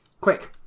Quick